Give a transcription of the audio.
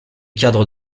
cadres